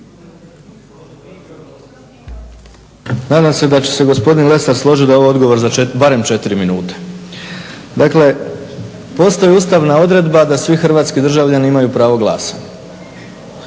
Nadam se da će se gospodin Lesar složiti da je ovo odgovor za barem 4 minute. Dakle, postoji ustavna odredba da svi hrvatski državljani imaju pravo glasa.